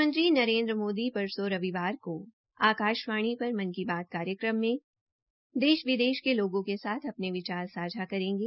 प्रधानमंत्री नरेन्द्र मोदी परसो रविवार को आकाशवाणी पर मन की बात कार्यक्रम में देश विदेश के लोगों के साथ अपने विचार सांझा करेंगे